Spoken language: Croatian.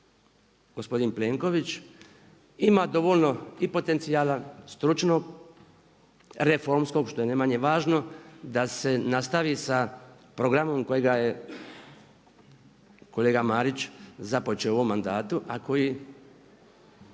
gospodin Plenković ima dovoljno i potencijala stručnog, reformskog što je ne manje važno, da se nastavi sa programom kojega je kolega Marić započeo u ovom mandatu a koji